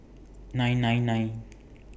nine nine nine